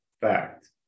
fact